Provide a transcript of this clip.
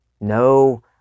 no